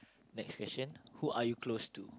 next question who are you close to